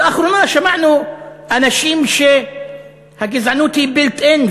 לאחרונה שמענו אנשים שהגזענות היא built in,